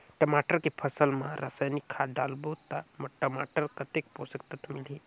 टमाटर के फसल मा रसायनिक खाद डालबो ता टमाटर कतेक पोषक तत्व मिलही?